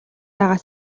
байгаа